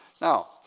Now